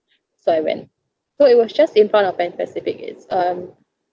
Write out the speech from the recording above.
so I went so it was just in front of pan pacific it's um